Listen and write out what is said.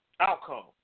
Outcome